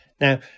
Now